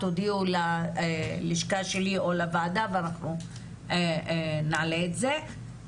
תודיעו ללשכה שלי או לוועדה ואנחנו נעלה את זה.